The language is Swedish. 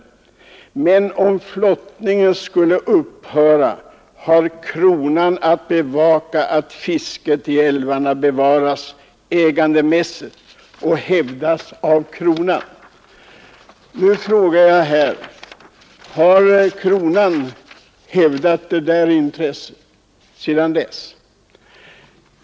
Men om flottningen skulle upphöra har kronan att bevaka att fisket i älvarna bevaras ägandemässig och hävdas av kronan. Nu frågar jag om kronan hävdat detta intresse sedan dess.